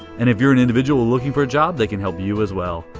and if you're an individual looking for a job they can help you as well.